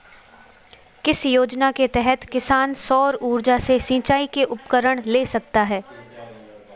किस योजना के तहत किसान सौर ऊर्जा से सिंचाई के उपकरण ले सकता है?